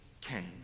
came